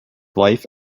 life